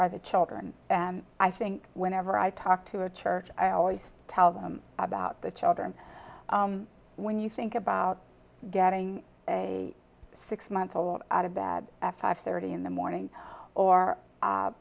are the children and i think whenever i talk to a church i always tell them about the children when you think about getting a six month old out of bad after five thirty in the morning or